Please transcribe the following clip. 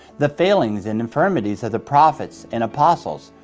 the failings and infirmities of the prophets and apostles,